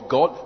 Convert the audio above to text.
God